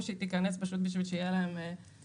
שהיא תיכנס כי זו היתה הדרך היחידה שתהיה להם תקשורת,